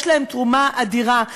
יש להם תרומה אדירה.